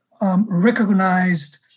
Recognized